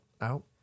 out